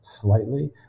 slightly